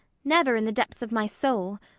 never in the depths of my soul.